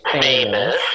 famous